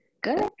Good